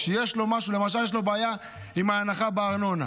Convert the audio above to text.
כשיש לו משהו, למשל, יש לו בעיה עם ההנחה בארנונה.